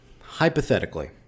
hypothetically